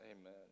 Amen